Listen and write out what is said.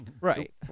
Right